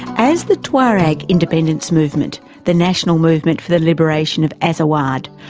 as the tuareg independence movement, the national movement for the liberation of azawad,